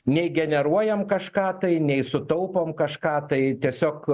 nei generuojam kažką tai nei sutaupom kažką tai tiesiog